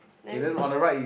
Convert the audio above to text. K then on the right is